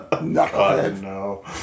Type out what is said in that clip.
No